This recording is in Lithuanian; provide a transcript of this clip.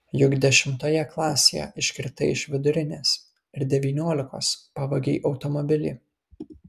juk dešimtoje klasėje iškritai iš vidurinės ir devyniolikos pavogei automobilį